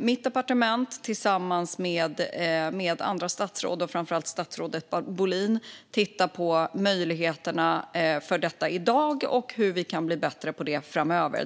Mitt departement tittar tillsammans med andra statsråd, framför allt statsrådet Bohlin, på möjligheterna för detta i dag och på hur det går att bli bättre på detta framöver.